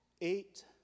Eight